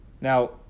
Now